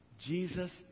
Jesus